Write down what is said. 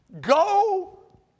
go